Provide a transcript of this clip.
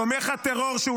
תומך הטרור,